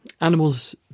Animals